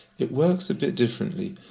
it works a bit differently.